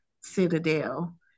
Citadel